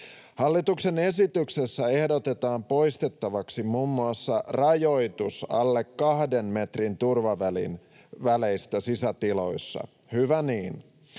Hallituksen esityksessä ehdotetaan poistettavaksi muun muassa rajoitus alle kahden metrin turvaväleistä sisätiloissa, hyvä niin.